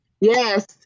Yes